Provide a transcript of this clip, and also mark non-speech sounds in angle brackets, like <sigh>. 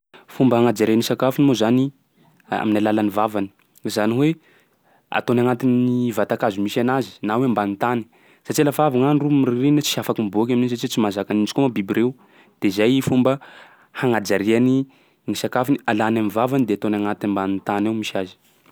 Fomba agnajariany sakafo moa zany <hesitation> amin'ny alalan'ny vavany; zany hoe ataony agnatin'ny vatan-kazo misy anazy na hoe ambany tany satsia lafa avy gn'andro m- ririnina tsy afaky miboaky amin'iny satsia tsy mahazaka nintsy koa moa biby reo. De zay fomba hagnajariany ny sakafony alany am'vavany de ataony agnaty ambany tany ao misy azy.